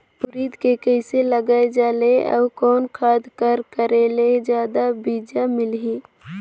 उरीद के कइसे लगाय जाले अउ कोन खाद कर करेले जादा बीजा मिलही?